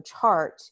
chart